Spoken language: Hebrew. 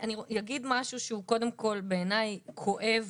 אני אגיד משהו שהוא קודם כל בעיניי כואב,